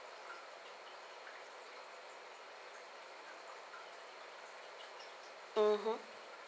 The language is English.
mmhmm